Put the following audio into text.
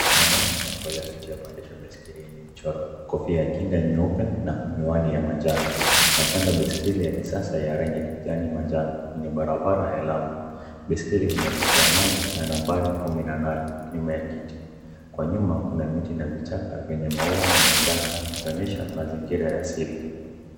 Mwanaume amevalia suti ya kuendeshea baisikeli yenye michoro, kofia ya kinga nyeupe na miwani ya manjano. Anapanda baisikeli ya kisasa ya rangi ya kijani manjano kwenye barabara ya lami, baisikeli ina chupa ya maji na nambari kumi na nane nyuma ya kiti. Kwa nyuma kuna miti na vichaka vyenye maua ya manjano ikionyesha mazingira ya asili.